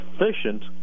efficient